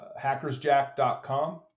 hackersjack.com